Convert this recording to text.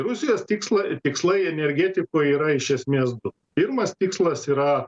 rusijos tiksla tikslai energetikoj yra iš esmės du pirmas tikslas yra